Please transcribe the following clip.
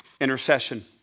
intercession